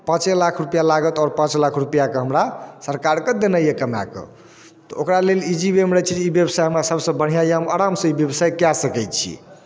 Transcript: पाँचे लाख रुपैआ लागत आओर पाँच लाख रुपैआकेँ हमरा सरकारकेँ देनाइ यए कमाए कऽ तऽ ओकरा लेल इजी वेमे रहैत छै जे ई व्यवसाय हमरा सभसँ बढ़िआँ यए हम आरामसँ ई व्यवसाय कए सकैत छी